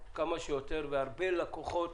כמה שיותר והרבה לקוחות